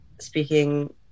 speaking